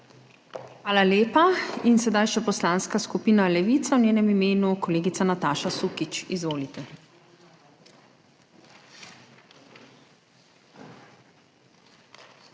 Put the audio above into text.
Hvala lepa. In sedaj še Poslanska skupina Levica, v njenem imenu kolegica Nataša Sukič. Izvolite. NATAŠA